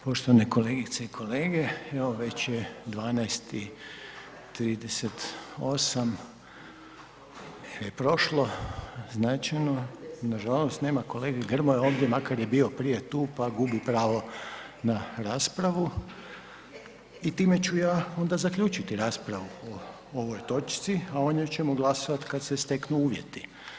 Poštovane kolegice i kolege, evo već je 12,38 je prošlo značajno, nažalost, nema kolege Grmoje ovdje, makar je bio prije tu, pa gubi pravo na raspravu i time ću ja onda zaključiti raspravu o ovoj točci, a o njoj ćemo glasovati kad se steknu uvjeti.